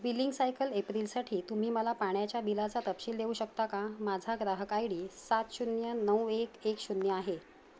billing cycle एप्रिलसाठी तुम्ही मला पाण्याच्या बिलाचा तपशील देऊ शकता का माझा ग्राहक आय डी सात शून्य नऊ एक एक शून्य आहे